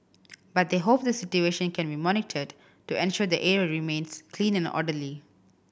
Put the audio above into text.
but they hope the situation can be monitored to ensure the area remains clean and orderly